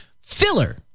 filler